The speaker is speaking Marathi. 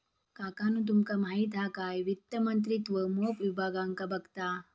काकानु तुमका माहित हा काय वित्त मंत्रित्व मोप विभागांका बघता